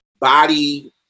body